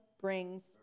brings